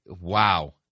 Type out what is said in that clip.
Wow